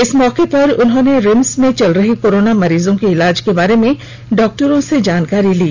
इस मौके पर उन्होंने रिम्स में चल रहे कोरोना मरीजों के इलाज के बारे में डॉक्टरों से जानकारी ली